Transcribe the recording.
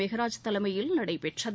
மெகராஜ் தலைமையில் நடைபெற்றது